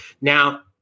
Now